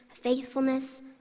faithfulness